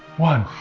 one.